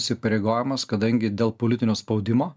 įpareigojamas kadangi dėl politinio spaudimo